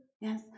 Yes